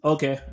Okay